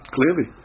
Clearly